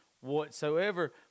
whatsoever